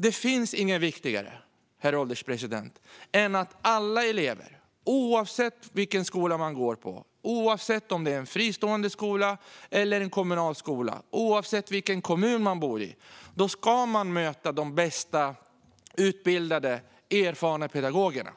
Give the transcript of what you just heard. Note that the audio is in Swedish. Det finns inget viktigare, herr ålderspresident, än att alla elever oavsett vilken skola de går på - oavsett om det är en fristående eller kommunal skola och oavsett vilken kommun de bor i - möter de allra bäst utbildade och mest erfarna pedagogerna.